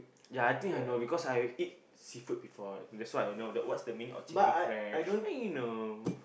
ya I think I know because I eat seafood before that's why I know the what's the meaning of chilli crab ya you know